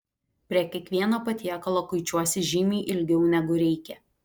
prie kiekvieno patiekalo kuičiuosi žymiai ilgiau negu reikia